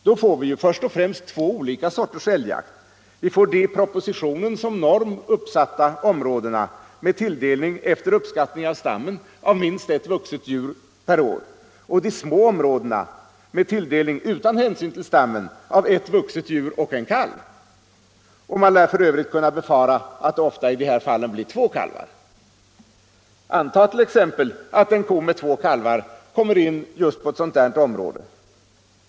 Då får vi först och främst två olika slags älgjakt — de i propositionen som norm uppsatta områdena med tilldelning efter uppskattning av stammen av minst ett vuxet djur per år, och de små områdena med tilldelning utan hänsyn till stammen av ett vuxet djur och en kalv; man lär för övrigt kunna befara att det ofta i dessa fall blir två kalvar. Antag t.ex. att en ko med två årskalvar kommer in på ett sådant område.